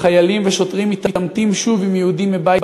חיילים ושוטרים מתעמתים שוב עם יהודים מבית,